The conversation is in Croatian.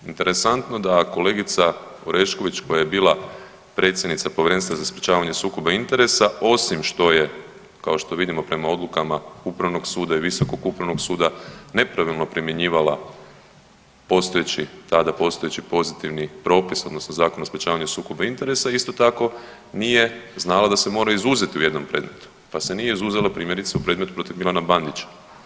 Interesantno da kolegica Orešković koja je bila predsjednica Povjerenstva za sprječavanje sukoba interesa osim što je kao što vidimo prema odluka Upravnog suda i Visokog upravnog suda nepravilno primjenjivala postojeći tada postojeći pozitivni propis odnosno Zakon o sprječavanju sukoba interesa isto tako nije znala da se mora izuzeti u jednom predmetu, pa se nije izuzela primjerice u predmetu protiv Milana Bandića.